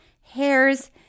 hairs